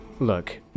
Look